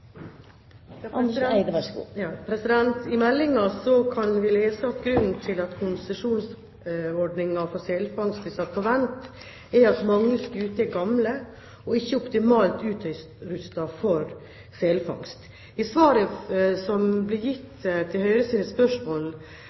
òg andre næringar. I meldingen kan vi lese at grunnen til at konsesjonsordningen for selfangst er satt på vent, er at mange skuter er gamle og ikke optimalt utrustet for selfangst. Svaret som ble gitt på Høyres spørsmål,